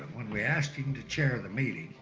when we asked him to chair the meeting,